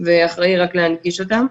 ואחראי רק להנגיש אותן,